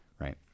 Right